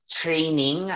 training